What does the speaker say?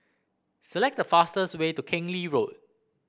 select the fastest way to Keng Lee Road